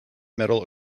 metal